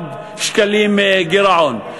מיליארד שקלים גירעון.